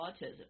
autism